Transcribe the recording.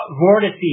vortices